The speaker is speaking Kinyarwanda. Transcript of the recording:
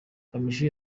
kamichi